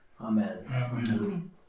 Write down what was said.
Amen